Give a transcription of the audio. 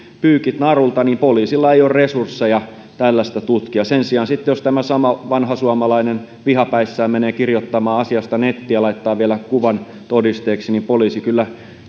pyykit narulta niin poliisilla ei ole resursseja tällaista tutkia sen sijaan sitten jos tämä sama vanhasuomalainen vihapäissään menee kirjoittamaan asiasta nettiin ja laittaa vielä kuvan todisteeksi poliisi kyllä